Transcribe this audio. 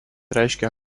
reiškia